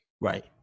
Right